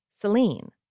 Celine